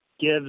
gives